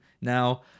now